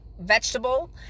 vegetable